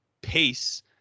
Pace